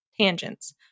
tangents